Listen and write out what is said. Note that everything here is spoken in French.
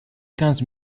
quinze